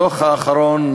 בדוח האחרון,